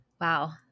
Wow